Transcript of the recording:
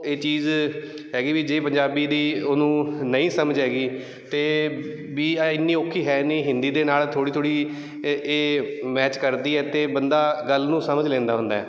ਇਹ ਚੀਜ਼ ਹੈਗੀ ਵੀ ਜੇ ਪੰਜਾਬੀ ਦੀ ਉਹਨੂੰ ਨਹੀਂ ਸਮਝ ਹੈਗੀ ਅਤੇ ਵੀ ਇਹ ਇੰਨੀ ਔਖੀ ਹੈ ਨਹੀਂ ਹਿੰਦੀ ਦੇ ਨਾਲ ਥੋੜ੍ਹੀ ਥੋੜ੍ਹੀ ਇਹ ਇਹ ਮੈਚ ਕਰਦੀ ਹੈ ਅਤੇ ਬੰਦਾ ਗੱਲ ਨੂੰ ਸਮਝ ਲੈਂਦਾ ਹੁੰਦਾ